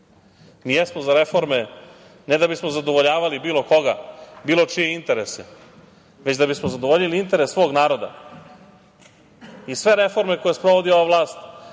Mi jesmo za reforme ne da bismo zadovoljavali bilo koga, bilo čije interese, već da bismo zadovoljili interes svog naroda. Sve reforme koja sprovodi ova vlast,